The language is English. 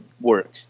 work